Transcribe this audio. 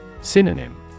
Synonym